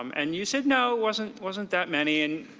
um and you said no, it wasn't wasn't that many. and